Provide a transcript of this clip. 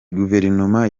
guverinoma